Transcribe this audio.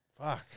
Fuck